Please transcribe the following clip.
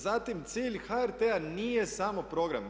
Zatim cilj HRT-a nije samo program.